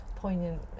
poignant